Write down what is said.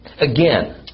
Again